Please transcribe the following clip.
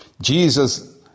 Jesus